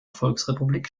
volksrepublik